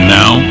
now